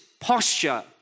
posture